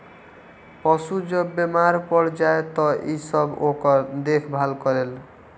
पशु जब बेमार पड़ जाए त इ सब ओकर देखभाल करेल